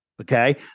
Okay